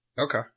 okay